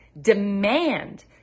demand